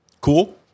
Cool